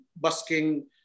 busking